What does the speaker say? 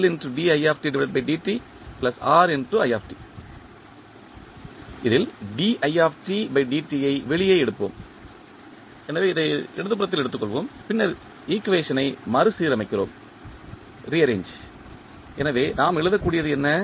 எனவே ஐ வெளியே எடுப்போம் எனவே இதை இடதுபுறத்தில் எடுத்துக்கொள்வோம் பின்னர் ஈக்குவேஷன் ஐ மறுசீரமைக்கிறோம் எனவே நாம் எழுதக்கூடியது என்ன